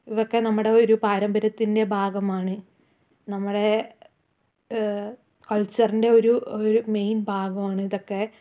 ഇതൊക്കെ നമ്മുടെ ഒരു പാരമ്പര്യത്തിൻ്റെ ഒരു ഭാഗമാണ് നമ്മുടെ കൽച്ചറിൻ്റെ ഒരു മെയിൻ ഭാഗമാണ് ഇതൊക്കെ